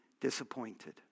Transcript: disappointed